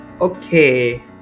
Okay